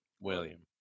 William